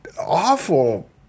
awful